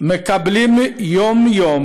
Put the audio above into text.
מקבלים יום-יום